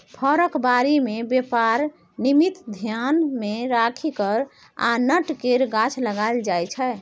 फरक बारी मे बेपार निमित्त धेआन मे राखि फर आ नट केर गाछ लगाएल जाइ छै